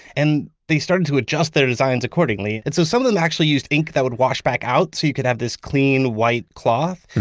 and they started to adjust their designs accordingly. and so some of them actually used ink that would wash back out, so you could have this clean white cloth.